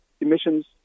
emissions